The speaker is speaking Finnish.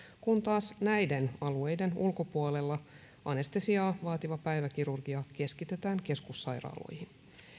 kun taas näiden alueiden ulkopuolella anestesiaa vaativa päiväkirurgia keskitetään keskussairaaloihin